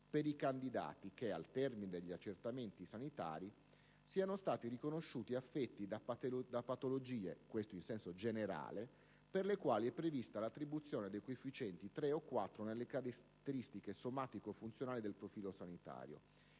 dei candidati che, al termine degli accertamenti sanitari, siano stati riconosciuti affetti da patologie, in generale, per le quali è prevista l'attribuzione dei coefficienti 3 o 4 nelle caratteristiche somato-funzionali del profilo sanitario,